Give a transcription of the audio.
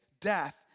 death